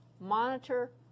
monitor